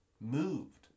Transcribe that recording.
moved